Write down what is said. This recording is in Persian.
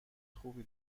خوبی